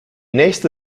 nächste